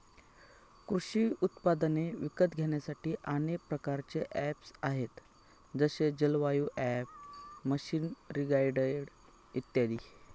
कृषी उपकरणे विकत घेण्यासाठी अनेक प्रकारचे ऍप्स आहेत जसे जलवायु ॲप, मशीनरीगाईड इत्यादी